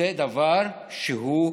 זה דבר שהוא,